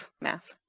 Math